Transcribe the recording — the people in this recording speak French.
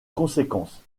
conséquence